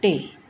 टे